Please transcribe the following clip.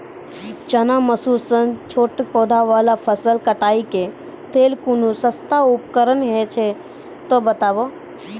चना, मसूर सन छोट पौधा वाला फसल कटाई के लेल कूनू सस्ता उपकरण हे छै तऽ बताऊ?